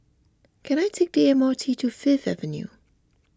can I take the M R T to Fifth Avenue